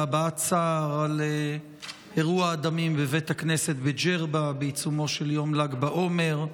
להביע צער על אירוע הדמים בבית הכנסת בג'רבה בעיצומו של יום ל"ג בעומר.